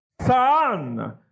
son